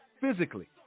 physically